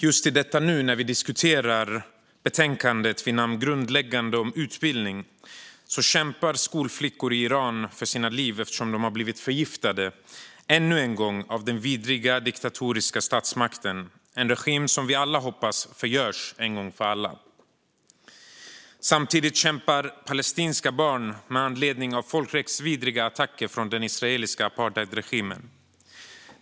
Just i detta nu, när vi diskuterar betänkandet vid namn Grundläggande om utbildning , kämpar skolflickor i Iran för sina liv eftersom de ännu en gång har blivit förgiftade av den vidriga diktatoriska statsmakten - en regim som vi alla hoppas förgörs en gång för alla. Samtidigt kämpar palestinska barn med anledning av folkrättsvidriga attacker från den israeliska apartheidregimen.